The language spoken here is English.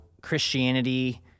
Christianity